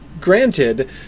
granted